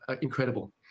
incredible